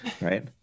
Right